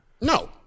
No